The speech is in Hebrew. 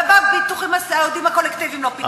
ובביטוחים הסיעודיים הקולקטיביים לא פיקחו,